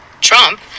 Trump